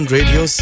Radio